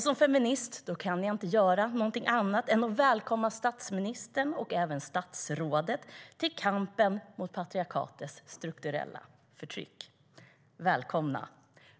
Som feminist kan jag inte göra annat än att välkomna statsministern och även statsrådet till kampen mot patriarkatets strukturella förtryck. Välkomna!